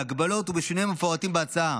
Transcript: בהגבלות ובשינויים המפורטים בהצעה.